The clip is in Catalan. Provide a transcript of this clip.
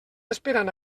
esperant